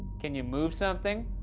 can you move something?